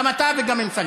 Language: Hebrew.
גם אתה וגם אמסלם.